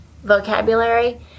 vocabulary